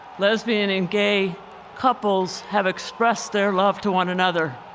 lesbian and gay couples have expressed their love to one another